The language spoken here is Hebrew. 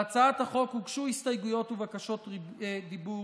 להצעת החוק הוגשו הסתייגויות ובקשות דיבור.